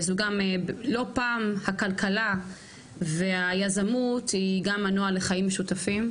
לא פעם הכלכלה והיזמות היא גם מנוע לחיים משותפים,